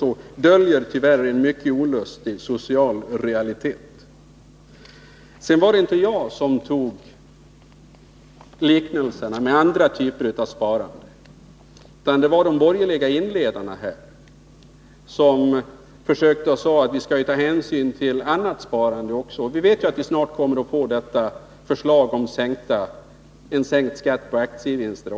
var att här tyvärr döljer sig en mycket olustig social realitet. Det var inte jag som drog paralleller med andra typer av sparande, utan det var de borgerliga talarna som i början av debatten menade att vi får ta hänsyn också till annat sparande. Vi vet ju att riksdagen snart kommer att få ta ställning till förslag om sänkt skatt på aktievinster.